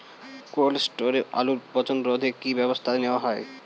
Cold স্টোরে আলুর পচন রোধে কি ব্যবস্থা নেওয়া হয়?